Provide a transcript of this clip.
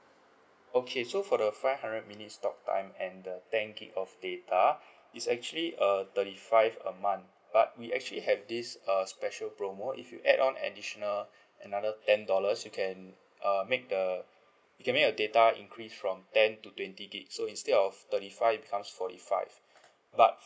okay so for the five hundred minutes talk time and the ten gig of data it's actually err thirty five a month but we actually have this err special promo if you add on additional another ten dollars you can uh make the you can make a data increase from ten to twenty gig so instead of thirty five it becomes forty five but